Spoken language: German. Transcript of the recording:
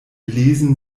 lesen